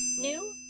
New